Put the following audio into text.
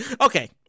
Okay